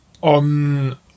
on